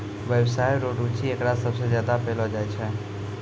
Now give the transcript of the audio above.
व्यवसाय रो रुचि एकरा सबसे ज्यादा पैलो जाय छै